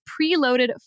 preloaded